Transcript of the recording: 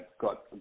got